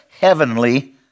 heavenly